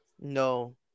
No